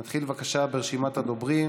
נתחיל בבקשה ברשימת הדוברים.